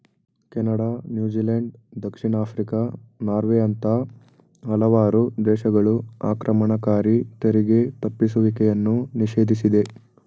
Canada, New Zealand, ದಕ್ಷಿಣ Africa, ನಾರ್ವೆಯಂತ ಹಲವಾರು ದೇಶಗಳು ಆಕ್ರಮಣಕಾರಿ ತೆರಿಗೆ ತಪ್ಪಿಸುವಿಕೆಯನ್ನು ನಿಷೇಧಿಸಿದೆ